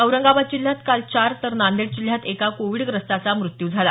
औरंगाबाद जिल्ह्यात काल चार तर नांदेड जिल्ह्यात एका कोविडग्रस्ताचा मृत्यू झाला